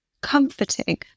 comforting